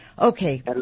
Okay